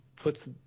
puts